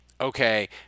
okay –